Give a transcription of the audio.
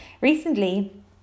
Recently